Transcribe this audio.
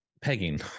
pegging